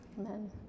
amen